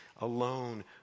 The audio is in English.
alone